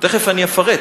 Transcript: ותיכף אני אפרט.